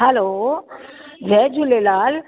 hello जय झूलेलाल